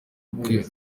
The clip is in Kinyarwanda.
ubukwe